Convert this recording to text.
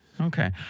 Okay